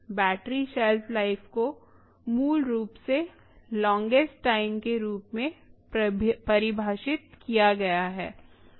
battery shelf life को मूल रूप से लांगेस्ट टाइम के रूप में परिभाषित किया गया है